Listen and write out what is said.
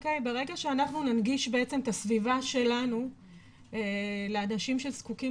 ברגע שאנחנו ננגיש בעצם את הסביבה שלנו לאנשים שזקוקים